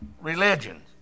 religions